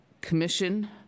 commission